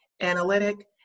analytic